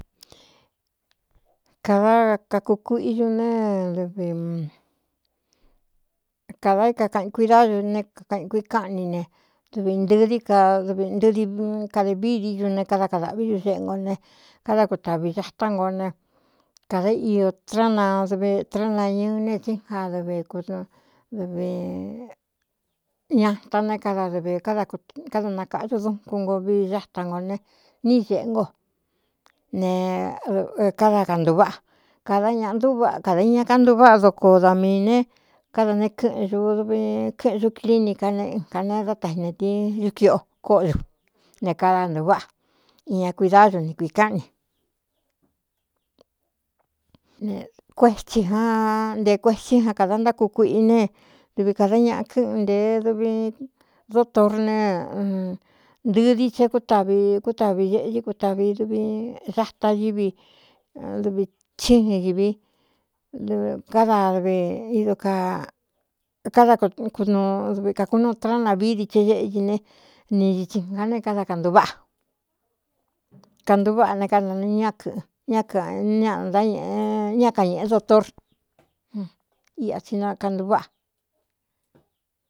Kādá kakukuiꞌiñu ne v kādā kakaꞌin kuídayu ne kakaꞌin kuii káꞌani ne dɨvi ntɨɨ dií dvi ntɨdi kadēvîdiñu ne káda kadāꞌví ñuzeꞌe ngo ne káda kutavī xatá ngo ne kāda io tráana dvi tránañɨɨ ne tsi nja dvi v ñata né kada dɨvī káda nakaꞌdu dunkun ngo vi xáta ngo ne níi zēꞌé ngo ne káda kantūváꞌa kāda ñaꞌa ntúvaꞌa kadā iña kantuváꞌa doko da miī ne káda neé kɨ́ꞌɨn ñu duvi kɨ́ꞌɨn duclinika ne nkā ne dátaxinatiin ñúkiꞌo kóꞌo ñu ne kada ntūváꞌa i ña kuídáñu ni kuikáꞌan ni ne kuétsī ja nte kuetsí ja kāda ntákukuiꞌi ne dɨvi kāda ñaꞌa kɨ́ꞌɨn ntee dvi dotór ne ntɨɨ di the kútavi kútavi zeꞌɨ kutavi duvi zata ñɨvi dɨvi tsíɨn ivi dad áda kunuu dvi kākúnuu trána vîdi che éꞌi ne ni itsi ga ne káda kanváꞌa kantuváꞌa ne káda nɨ ñá kɨꞌɨn ñá kaꞌaáꞌñá kañēꞌe dotór iꞌa tsi na kantuváꞌa.